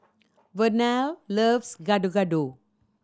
Vernell loves Gado Gado